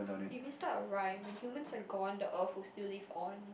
if we start a rhyme when humans are gone the earth will still live on